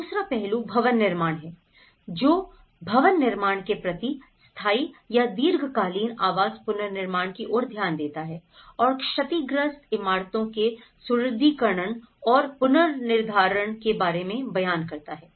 दूसरा पहलू भवन निर्माण है जो भवन निर्माण के प्रति स्थायी या दीर्घकालिक आवास पुनर्निर्माण की ओर ध्यान देता है और क्षतिग्रस्त इमारतों के सुदृढ़ीकरण और पुनर्निधारण के बारे में बयान करता है